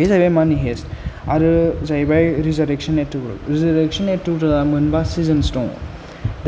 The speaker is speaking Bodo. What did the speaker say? बे जाहैबाय मानि हाइस्ट आरो जाहैबाय रिजारेकसन एरट्रुग्रल रिजारेकसन एरट्रुग्रलआ मोनबा सिजोन्स दं